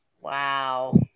Wow